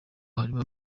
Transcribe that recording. harimo